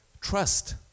trust